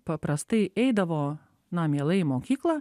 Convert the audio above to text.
paprastai eidavo na mielai į mokyklą